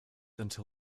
until